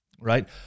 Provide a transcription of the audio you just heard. right